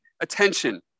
attention